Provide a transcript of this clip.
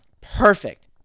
Perfect